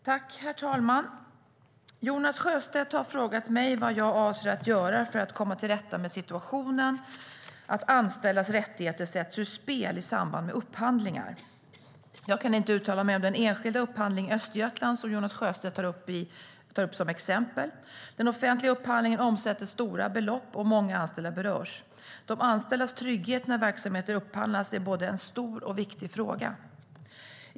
Svar på interpellationer Herr talman! Jonas Sjöstedt har frågat mig vad jag avser att göra för att komma till rätta med situationen att anställdas rättigheter sätts ur spel i samband med upphandlingar. Jag kan inte uttala mig om den enskilda upphandling i Östergötland som Jonas Sjöstedt tar upp som exempel. Den offentliga upphandlingen omsätter stora belopp, och många anställda berörs. De anställdas trygghet när verksamheter upphandlas är en både stor och viktig fråga.